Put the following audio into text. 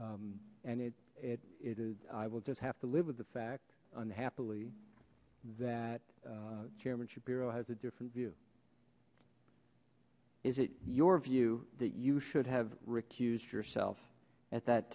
and it it it is i will just have to live with the fact unhappily that chairman shapiro has a different view is it your view that you should have recused yourself at that